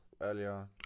earlier